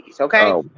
okay